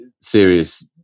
serious